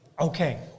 okay